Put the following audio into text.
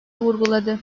vurguladı